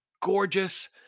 gorgeous